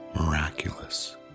Miraculous